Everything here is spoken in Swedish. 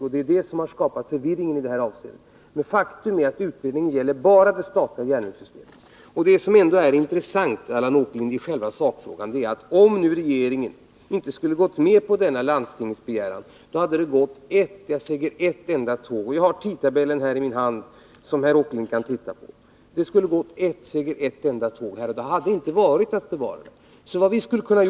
Det är det som skapat förvirring i detta avseende. Men faktum är att utredningen bara gäller det statliga järnvägssystemet. Det som ändå är intressant, Allan Åkerlind, i själva sakfrågan är att om regeringen inte hade gått med på denna landstingets begäran, skulle det ha gått ett enda tåg. Jag har tidtabellen här i min hand, och herr Åkerlind kan få se på den. Det hade inte inneburit att man bevarat Roslagsbanan.